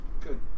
Good